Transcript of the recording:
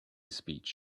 speech